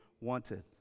wanted